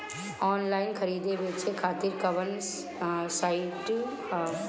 Online खरीदे बेचे खातिर कवन साइड ह?